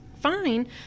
fine